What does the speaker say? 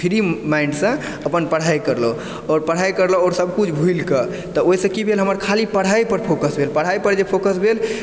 free mind सॅं अपन पढ़ाई करलहुॅं आओर पढ़ाई करलहुॅं आओर सब किछु भूलि कऽ तऽ ओहिसॅं की भेल हमर ख़ाली पढ़ाई पर फ़ोकस भेल पढ़ाई पर जे फ़ोकस भेल